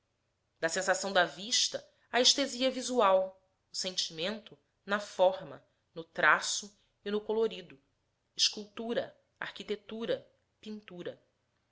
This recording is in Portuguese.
da sensação da vista a estesia visual o sentimento na forma no traço e no colorido escultura arquitetura pintura